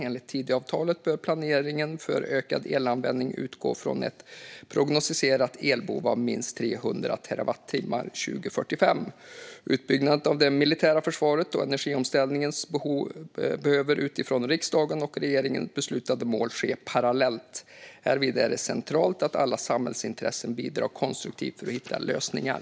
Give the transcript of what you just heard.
Enligt Tidöavtalet bör planeringen för ökad elanvändning utgå från ett nu prognostiserat elbehov på minst 300 terawattimmar 2045. Utbyggnaden av det militära försvaret och energiomställningen behöver utifrån av riksdag och regering beslutade mål ske parallellt. Härvid är det centralt att alla samhällsintressen bidrar konstruktivt för att hitta lösningar.